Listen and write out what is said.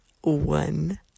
one